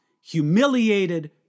humiliated